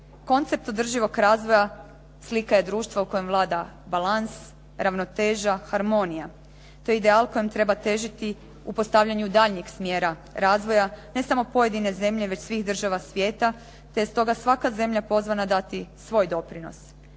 Koncept održivog razvoja slika je društva u kojem vlada balans, ravnoteža, harmonija. To je ideal kojem treba težiti u postavljanju daljnjeg smjera razvoja, ne samo pojedine zemlje već svih država svijeta, te je stoga svaka zemlja pozvana dati svoj doprinos,